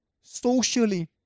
socially